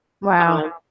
Wow